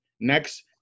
next